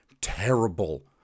terrible